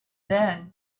then